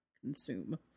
consume